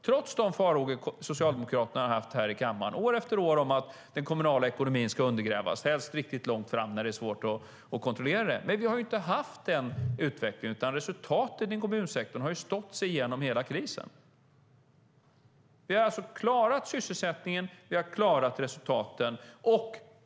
Trots de farhågor som Socialdemokraterna har haft här i kammaren år efter år om att den kommunala ekonomin ska undergrävas - helst riktigt långt fram när det är svårt att kontrollera det - har vi kunnat visa att vi inte har haft den utvecklingen i kommunerna. Resultaten i kommunsektorn har stått sig genom hela krisen. Vi har alltså klarat sysselsättningen, och vi har klarat resultaten.